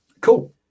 Cool